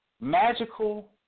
magical